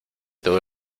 todo